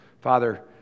Father